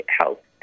help